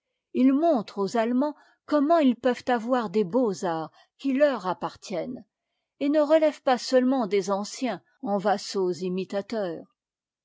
il montre aux allemands comment ils peuvent avoir des beaux-arts qui leur appartiennent et ne relèvent pas seulement des anciens en vassaux imitateurs